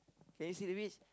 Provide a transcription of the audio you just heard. can you see the beach